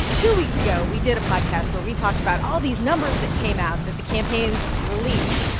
two weeks ago, we did a podcast where we talked about all these numbers that came out that the campaigns released.